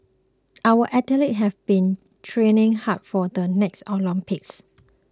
our athletes have been training hard for the next Olympics